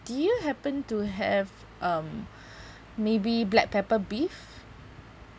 do you happen to have um maybe black pepper beef